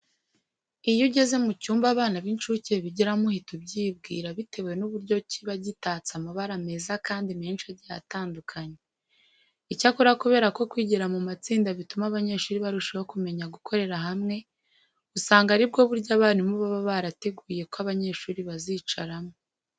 Iyo ugeze mu cyumba abana b'incuke bigiramo uhita ibyibwira bitewe n'uburyo kiba gitatse amabara meza kandi menshi agiye atandukanye. Icyakora kubera ko kwigira mu matsinda bituma abanyeshuri barushaho kumenya gukorera hamwe, usanga ari bwo buryo abarimu baba barateguye ko abanyeshuri bazicaramo.